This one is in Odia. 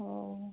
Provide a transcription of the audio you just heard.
ହଉ